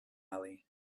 alley